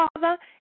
father